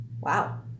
Wow